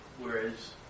Whereas